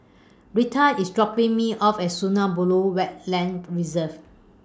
Rheta IS dropping Me off At Sungei Buloh Wetland Reserve